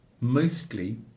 Mostly